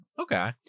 okay